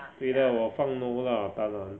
对 lah 我放 no lah 当然